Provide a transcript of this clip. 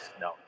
no